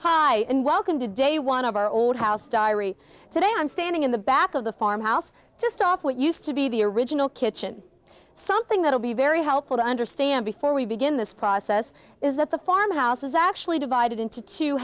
hi and welcome to day one of our old house diary today i'm standing in the back of the farmhouse just off what used to be the original kitchen something that will be very helpful to understand before we begin this process is that the farmhouse is actually divided into t